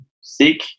sick